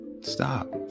Stop